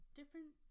different